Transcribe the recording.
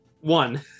One